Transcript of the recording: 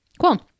cool